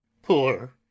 poor